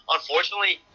Unfortunately